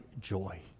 joy